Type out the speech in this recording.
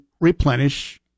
replenish